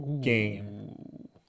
game